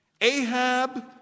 Ahab